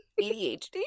ADHD